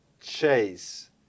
chase